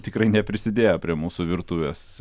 tikrai neprisidėjo prie mūsų virtuvės